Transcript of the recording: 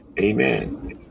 Amen